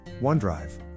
OneDrive